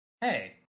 Hey